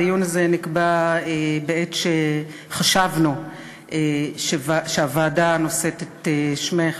הדיון הזה נקבע בעת שחשבנו שהוועדה שנושאת את שמך,